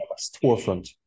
storefront